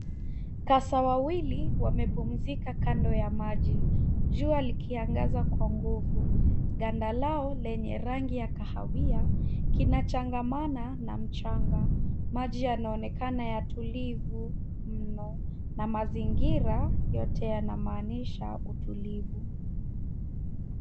Kasa wawili wamepumzika kando ya maji jua likiangaza kwa nguvu. Ganda lao lenye rangi ya kahawia kinachangamana na mchanga. Maji yanaonekana ya tulivu mno na mazingira yote yanamaanisha utulivu.